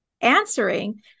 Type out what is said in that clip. answering